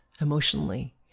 emotionally